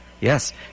Yes